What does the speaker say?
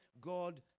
God